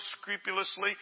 scrupulously